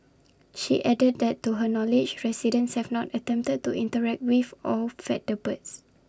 she added that to her knowledge residents have not attempted to interact with or feed the birds